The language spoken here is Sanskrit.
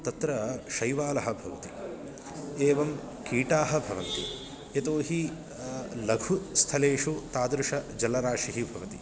तत्र शैवालः भवति एवं कीटाः भवन्ति यतो हि लघु स्थलेषु तादृशजलराशिः भवति